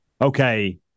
okay